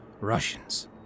Russians